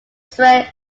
sri